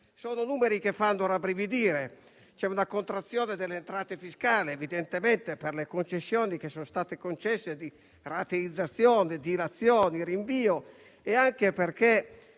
sono numeri che fanno rabbrividire. C'è una contrazione delle entrate fiscali, evidentemente per le concessioni date di rateizzazione, dilazione e rinvio e anche perché